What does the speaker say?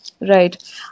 Right